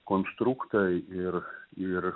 konstruktą ir ir